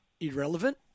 irrelevant